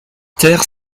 terre